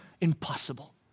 impossible